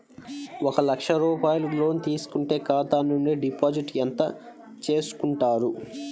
ఒక లక్ష రూపాయలు లోన్ తీసుకుంటే ఖాతా నుండి డిపాజిట్ ఎంత చేసుకుంటారు?